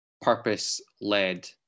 purpose-led